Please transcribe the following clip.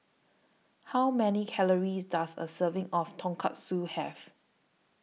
How Many Calories Does A Serving of Tonkatsu Have